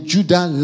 Judah